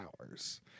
hours